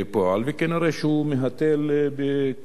וכנראה שהוא מהתל בכולם,